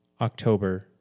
October